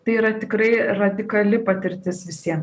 tai yra tikrai radikali patirtis visiem